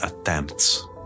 attempts